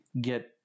get